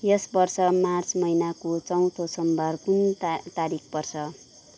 यस वर्ष मार्च महिनाको चौथो सोमवार कुन ता तारिख पर्छ